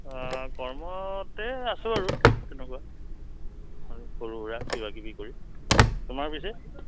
কৰ্মতে আছোঁ বাৰু ঠিক তেনেকুৱা আৰু সৰু সুৰা কিবা কিবি কৰি তোমাৰ পিছে